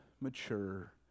mature